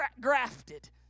grafted